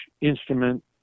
instrument